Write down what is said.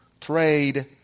trade